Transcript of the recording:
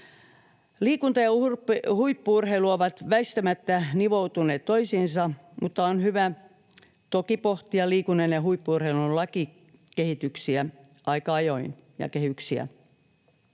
Liikunta ja huippu-urheilu ovat väistämättä nivoutuneet toisiinsa, mutta on hyvä toki pohtia liikunnan ja huippu-urheilun lakikehityksiä ja -kehyksiä